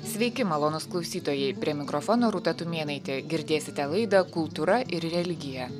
sveiki malonūs klausytojai prie mikrofono rūta tumėnaitė girdėsite laidą kultūra ir religija